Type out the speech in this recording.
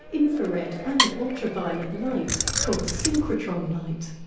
infrared and ultraviolet light, called synchrotron light.